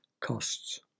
costs